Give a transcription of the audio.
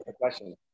question